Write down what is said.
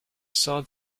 saw